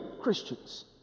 Christians